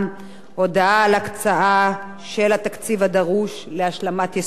הודעה על הקצאתו של התקציב הדרוש להשלמת יישום החוק.